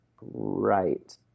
Right